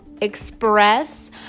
express